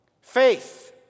faith